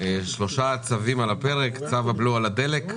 הצעת צו הבלו על הדלק,